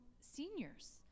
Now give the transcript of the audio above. seniors